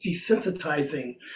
desensitizing